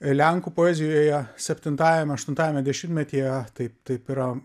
lenkų poezijoje septintajame aštuntajame dešimtmetyje taip taip yra